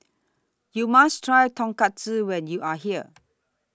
YOU must Try Tonkatsu when YOU Are here